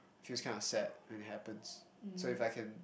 feels kind of sad when it happens so if I can